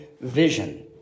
vision